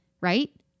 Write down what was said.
right